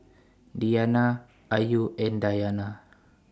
Diyana Ayu and Dayana